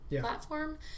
platform